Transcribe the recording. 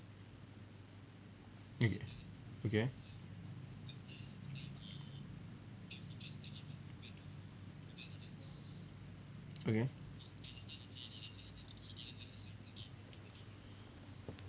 okay okay okay